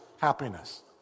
happiness